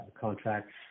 contracts